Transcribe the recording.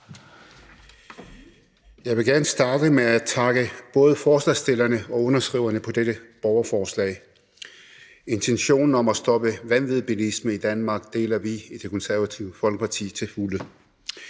Jeg vil gerne starte med at takke både forslagsstillerne og underskriverne af dette borgerforslag. Intentionen om at stoppe vanvidsbilismen i Danmark deler vi i Det Konservative Folkeparti til fulde.